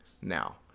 now